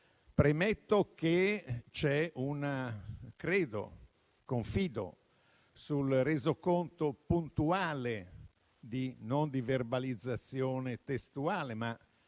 Premetto che confido sul resoconto puntuale, non di verbalizzazione testuale, ma